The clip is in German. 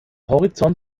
horizont